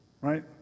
right